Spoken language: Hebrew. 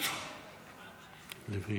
תודה